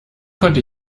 konnte